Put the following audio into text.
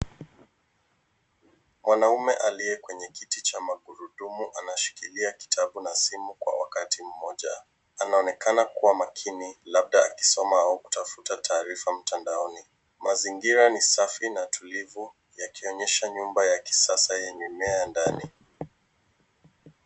Mwanaume aliye kwenye kiti cha magurudumu anashikilia kitabu na simu kwa wakati mmoja anaonekana kuwa makini labda akisoma au kutafuta taarifa mtandaoni. Mazingira ni safi na tulivu yakionyesha nyumba ya kisasa yenye mimea ndani.